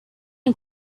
and